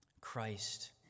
Christ